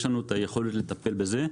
יש לנו את היכולת לטפל בזה.